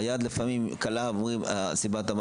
היד לפעמים קלה ואומרים סיבת המוות,